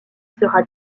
sera